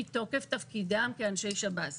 מתוקף תפקידם כאנשי שב"ס.